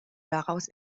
daraus